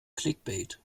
clickbait